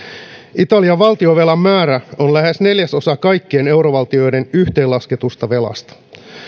italian valtionvelan määrä on lähes neljäsosa kaikkien eurovaltioiden yhteenlasketusta velasta